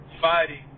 fighting